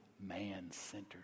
man-centered